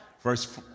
Verse